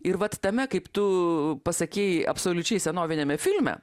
ir vat tame kaip tu pasakei absoliučiai senoviniame filme